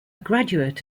graduate